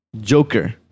Joker